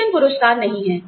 वेतन पुरस्कार नहीं हैं